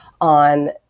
on